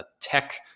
tech